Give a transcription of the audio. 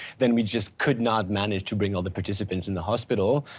then we just could not manage to bring all the participants in the hospital.